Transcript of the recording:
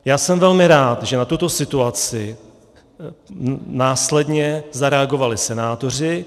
Já jsem velmi rád, že na tuto situaci následně zareagovali senátoři.